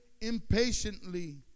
impatiently